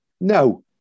no